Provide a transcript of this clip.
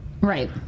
Right